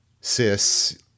cis